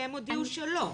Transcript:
כי הם הודיעו שלא.